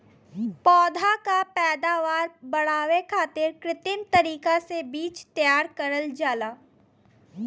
पौधा क पैदावार बढ़ावे खातिर कृत्रिम तरीका से बीज तैयार करल जाला